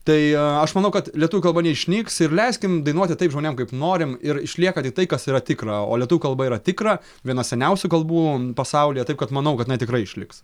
tai aš manau kad lietuvių kalba neišnyks ir leiskim dainuoti taip žmonėm kaip norim ir išlieka tik tai kas yra tikra o lietuvių kalba yra tikra viena seniausių kalbų pasaulyje taip kad manau kad jinai tikrai išliks